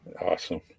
awesome